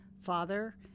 Father